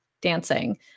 dancing